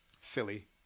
silly